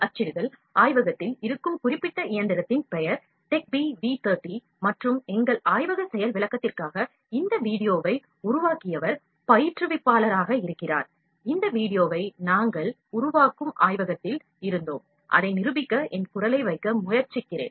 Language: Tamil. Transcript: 3D அச்சிடுதல் ஆய்வகத்தில் இருக்கும் குறிப்பிட்ட இயந்திரத்தின் பெயர் TECH B V 30 மற்றும் எங்கள் ஆய்வக செயல் விளக்கத்திற்க்காக இந்த வீடியோவை உருவாக்கியவர் TECH B V 30 இன் பயிற்றுவிப்பாளராக இருக்கிறார் இந்த வீடியோவை நாங்கள் உருவாக்கும் ஆய்வகத்தில் இருந்தோம் அதை செயல் விளக்கமளிக்க என் குரலை வைக்க முயற்சிக்கிறேன்